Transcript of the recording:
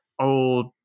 old